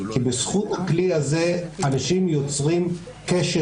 כי בזכות הכלי הזה אנשים יוצרים קשר